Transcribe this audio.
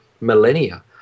millennia